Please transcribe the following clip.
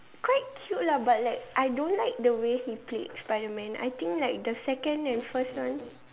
quite cute lah but like I don't like the way he played Spiderman I think like the second and first one